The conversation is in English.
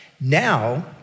Now